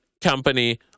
company